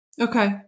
Okay